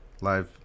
live